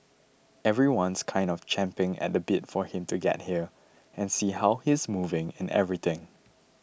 everyone's kind of champing at the bit for him to get here and see how he's moving and everything